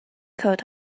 coat